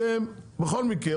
אתם בכל מקרה,